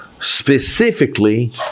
specifically